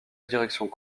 direction